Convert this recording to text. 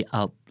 up